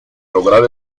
lograr